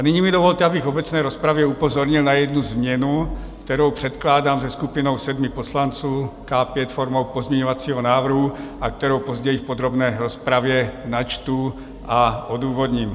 Nyní mi dovolte, abych v obecné rozpravě upozornil na jednu změnu, kterou předkládám se skupinou sedmi poslanců K5 formou pozměňovacího návrhu a kterou později v podrobné rozpravě načtu a odůvodním.